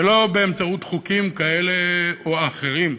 ולא באמצעות חוקים כאלה או אחרים.